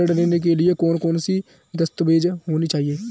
ऋण लेने के लिए कौन कौन से दस्तावेज होने चाहिए?